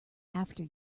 after